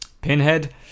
pinhead